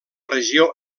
regió